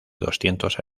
doscientos